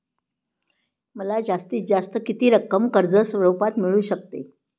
मला जास्तीत जास्त किती रक्कम कर्ज स्वरूपात मिळू शकते?